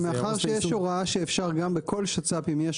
אבל מאחר שיש הוראה שאפשר גם בכל שצ"פ אם יש